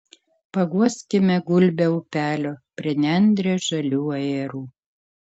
paguoskime gulbę upelio prie nendrės žalių ajerų